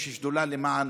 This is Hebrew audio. יש שדולה למען